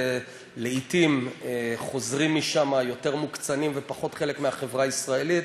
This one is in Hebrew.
לעתים חוזרים משם יותר מוקצנים ופחות חלק מהחברה הישראלית.